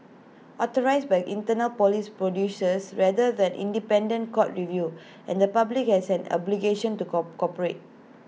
authorised by internal Police producers rather than independent court review and the public has an obligation to co corporate